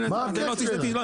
לא,